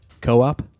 co-op